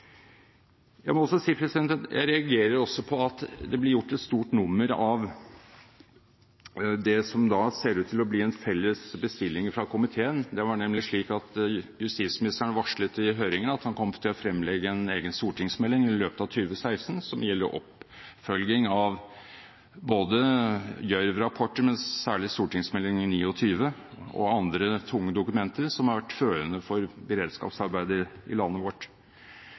Jeg må også si at jeg reagerer på at det blir gjort et stort nummer av det som ser ut til å bli en felles bestilling fra komiteen. Det var nemlig slik at justisministeren varslet i høringen at han kom til å fremlegge en egen stortingsmelding i løpet av 2016 som gjelder oppfølging av både Gjørv-rapporten og særlig Meld. St. 29 for 2011–2012, samt andre tunge dokumenter som har vært førende for beredskapsarbeidet i landet vårt.